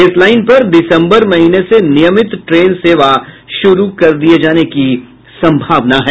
इस लाइन पर दिसंबर महीने से नियमित ट्रेन सेवा शुरू कर दिये जाने की संभावना है